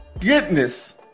Goodness